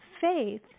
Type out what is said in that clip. faith